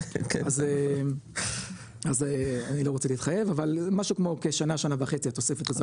אז אני לא רוצה להתחייב אבל משהו כמו כשנה שנה וחצי התוספת הזאת.